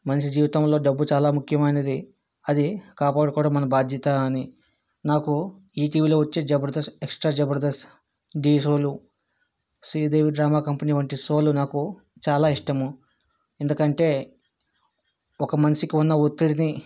మనిషి జీవితంలో డబ్బు చాలా ముఖ్యమైనది అది కాపాడుకోవడం మన బాధ్యత అని నాకు ఈటీవీలో వచ్చే జబర్దస్త్ ఎక్సట్రా జబర్దస్త్ ఢీ షోలు శ్రీదేవి డ్రామా కంపెనీ వంటి షోలు నాకు చాలా ఇష్టము ఎందుకంటే ఒక మనిషికి ఉన్న ఒత్తిడిని